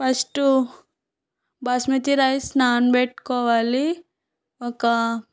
first basmati rice నాన్బెట్టుకోవాలి ఒక